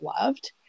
loved